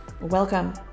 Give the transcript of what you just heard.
Welcome